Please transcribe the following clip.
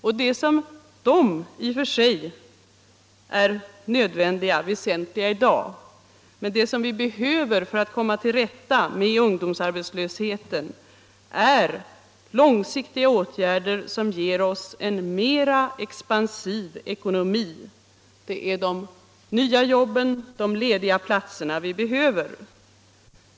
I och för sig är de väsentliga i dag, men det som vi behöver för att komma till rätta med ungdomsarbetslösheten är långsiktiga åtgärder som ger oss en mera expansiv ekonomi. Det är de nya jobben, de lediga platserna vi behöver.